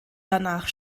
danach